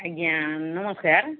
ଆଜ୍ଞା ନମସ୍କାର